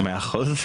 מאה אחוז,